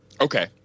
okay